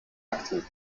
aktiv